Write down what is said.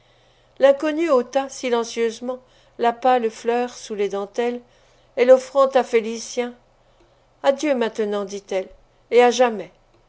l'inconnue ôta silencieusement la pâle fleur sous les dentelles et l'offrant à félicien adieu maintenant dit-elle et à jamais